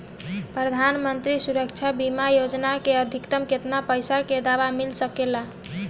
प्रधानमंत्री सुरक्षा बीमा योजना मे अधिक्तम केतना पइसा के दवा मिल सके ला?